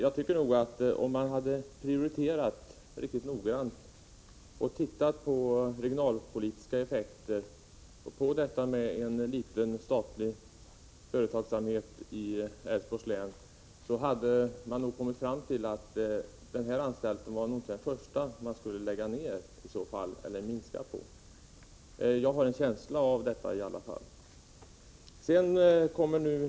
Men om man hade prioriterat noggrant och tagit hänsyn till de regionalpolitiska effekterna och den begränsade statliga företagsamheten 103 i Älvsborgs län tror jag att man hade kommit fram till att den här anstalten inte borde ha varit den första som man skulle lägga ner eller minska i omfattning. Jag har i alla fall en känsla av att det skulle ha blivit resultatet.